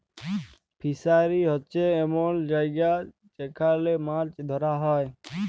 fishery হছে এমল জায়গা যেখালে মাছ ধ্যরা হ্যয়